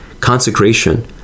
consecration